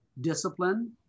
discipline